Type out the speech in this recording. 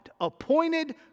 Appointed